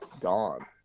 gone